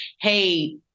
Hey